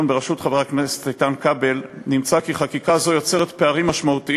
בראשות חבר הכנסת איתן כבל נמצא כי חקיקה זו יוצרת פערים משמעותיים